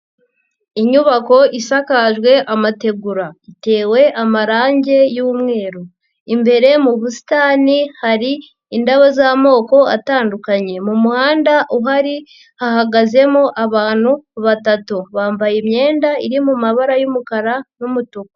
Inyubako isakajwe amategura. Itewe amarange y'umweru, imbere mu busitani hari indabo z'amoko atandukanye. Mu muhanda uhari hahagazemo abantu batatu. Bambaye imyenda iri mu mabara y'umukara n'umutuku.